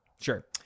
sure